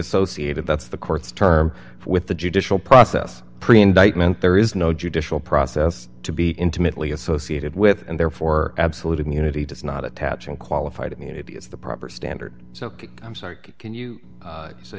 associated that's the court's term with the judicial process pre indictment there is no judicial process to be intimately associated with and therefore absolute immunity does not attach and qualified immunity is the proper standard so i'm sorry can you